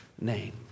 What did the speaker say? name